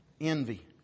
envy